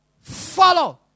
follow